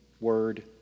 word